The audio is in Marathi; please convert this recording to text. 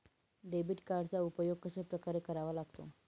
डेबिट कार्डचा उपयोग कशाप्रकारे करावा लागतो?